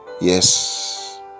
Yes